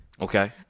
Okay